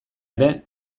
ere